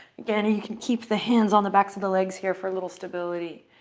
again, you can keep the hands on the backs of the legs here for a little stability.